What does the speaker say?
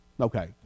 Okay